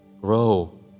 grow